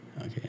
Okay